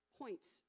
points